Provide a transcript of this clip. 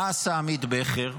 מה עשה עמית בכר?